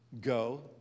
Go